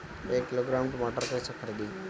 एक किलोग्राम टमाटर कैसे खरदी?